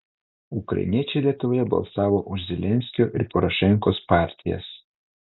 ukrainiečiai lietuvoje balsavo už zelenskio ir porošenkos partijas